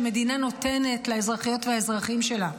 שמדינה נותנת לאזרחיות ולאזרחים שלה,